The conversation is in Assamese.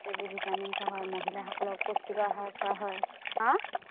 বেজী ভিটামিন খুওৱা হয় মহিলাসকলক পুষ্টিকৰ আহাৰ খুওৱা হয়